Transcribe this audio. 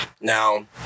Now